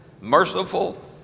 merciful